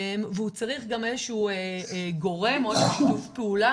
והוא צריך גם איזשהו גורם או שיתוף פעולה